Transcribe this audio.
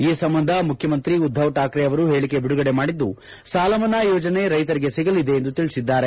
ಈ ಸಂಬಂಧ ಮುಖ್ಯಮಂತ್ರಿ ಉದ್ದವ್ ಕಾಕ್ರೆ ಅವರು ಹೇಳಿಕೆ ಬಿಡುಗಡೆ ಮಾಡಿದ್ದು ಸಾಲಮನ್ನಾ ಯೋಜನೆ ರೈತರಿಗೆ ಸಿಗಲಿದೆ ಎಂದು ತಿಳಿಸಿದ್ದಾರೆ